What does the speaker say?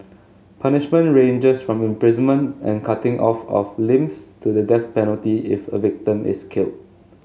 punishment ranges from imprisonment and cutting off of limbs to the death penalty if a victim is killed